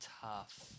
tough